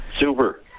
Super